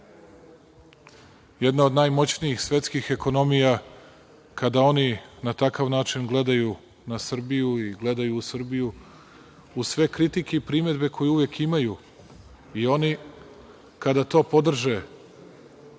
jedna od najmoćnijih svetskih ekonomija, kada oni na takav način gledaju na Srbiju i gledaju u Srbiju, uz sve kritike i primedbe koje uvek imaju. Oni kada to podrže